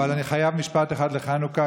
אבל אני חייב משפט אחד לחנוכה,